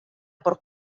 por